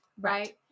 right